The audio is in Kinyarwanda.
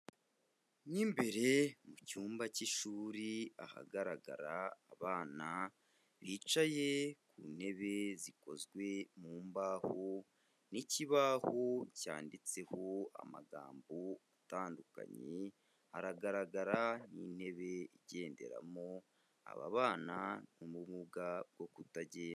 Mw'imbere mu cyumba cy'ishuri ahagaragara abana bicaye ku ntebe zikozwe mu mbaho n'ikibaho cyanditseho amagambo atandukanye, haragaragara n'intebe igenderamo ababana n'ubumuga bwo kutagenda.